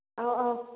ꯑ ꯑ